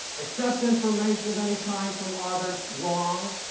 accept information of any kind from others wrong.